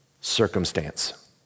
circumstance